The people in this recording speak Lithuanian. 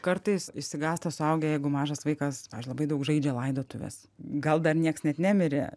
kartais išsigąsta suaugę jeigu mažas vaikas pavyzdžiui labai daug žaidžia laidotuves gal dar nieks net nemirė